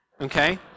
Okay